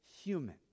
human